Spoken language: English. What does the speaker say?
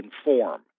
inform